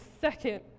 second